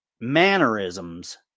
mannerisms